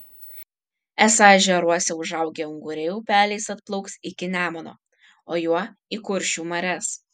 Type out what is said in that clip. esą ežeruose užaugę unguriai upeliais atplauks iki nemuno o juo į kuršių marias